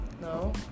No